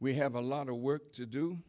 we have a lot of work to do